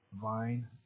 vine